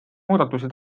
muudatusi